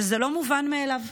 וזה לא מובן מאליו.